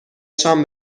شام